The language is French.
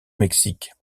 mexique